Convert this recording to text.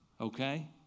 okay